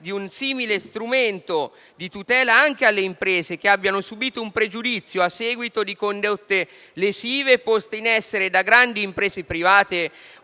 di un simile strumento di tutela anche alle imprese che abbiano subìto un pregiudizio a seguito di condotte lesive poste in essere da grandi imprese private